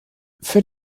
für